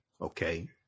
okay